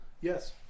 Yes